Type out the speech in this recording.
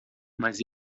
mas